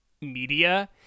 media